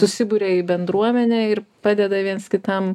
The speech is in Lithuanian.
susiburia į bendruomenę ir padeda viens kitam